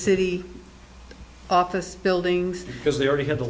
city office buildings because they already have the